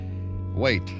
Wait